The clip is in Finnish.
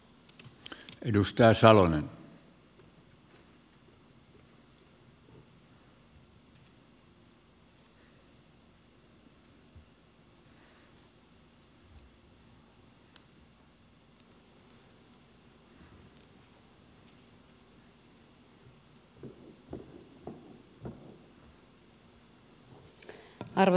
arvoisa puhemies